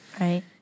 Right